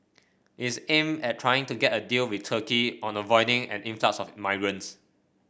its aimed at trying to get a deal with Turkey on avoiding an influx of migrants